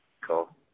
Cool